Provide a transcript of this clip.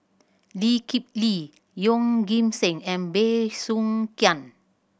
Lee Kip Lee Yeoh Ghim Seng and Bey Soo Khiang